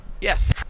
Yes